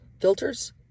filters